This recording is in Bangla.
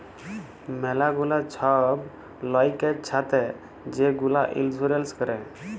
ম্যালা গুলা ছব লয়কের ছাথে যে গুলা ইলসুরেল্স ক্যরে